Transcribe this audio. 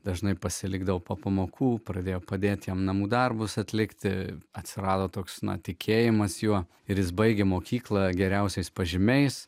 dažnai pasilikdavau po pamokų pradėjo padėti jam namų darbus atlikti atsirado toks tikėjimas juo ir jis baigė mokyklą geriausiais pažymiais